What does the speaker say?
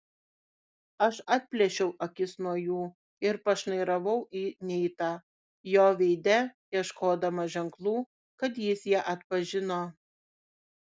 aš atplėšiau akis nuo jų ir pašnairavau į neitą jo veide ieškodama ženklų kad jis ją atpažino